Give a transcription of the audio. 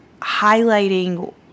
highlighting